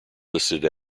listed